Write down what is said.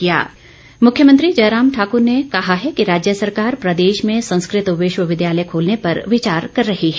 संस्कृत विश्वविद्यालय मुख्यमंत्री जयराम ठाकुर ने कहा है कि राज्य सरकार प्रदेश में संस्कृत विश्वविद्यालय खोलने पर विचार कर रही है